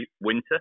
winter